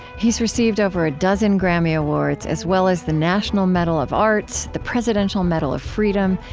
he's received over a dozen grammy awards, as well as the national medal of arts, the presidential medal of freedom,